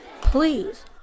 Please